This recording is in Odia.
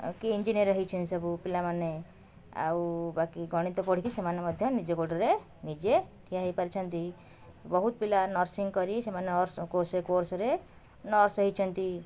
କି ଇଞ୍ଜିନିୟର ହେଇଛନ୍ତି ସବୁ ପିଲାମାନେ ଆଉ ବାକି ଗଣିତ ପଢ଼ିକି ସେମାନେ ମଧ୍ୟ ନିଜ ଗୋଡ଼ରେ ନିଜେ ଠିଆ ହୋଇପାରିଛନ୍ତି ବହୁତ ପିଲା ନର୍ସିଂ କରି ସେମାନେ ନର୍ସ କୋର୍ସ କୋର୍ସରେ ନର୍ସ ହେଇଛନ୍ତି